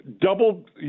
double